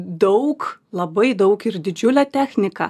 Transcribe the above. daug labai daug ir didžiulę techniką